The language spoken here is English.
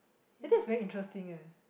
eh that's very interesting eh